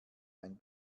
ein